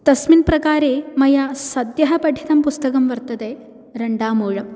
तस्मिन् प्रकारे मया सद्यः पठितं पुस्तकं वर्तते रण्डामूलम्